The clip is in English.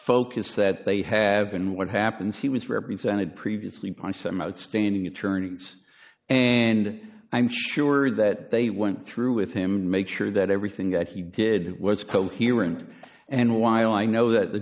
focus that they have and what happens he was represented previously by some outstanding attorneys and i'm sure that they went through with him make sure that everything that he did was coherent and while i know that the